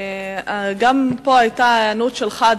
שגם פה היתה היענות שלך,